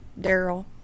daryl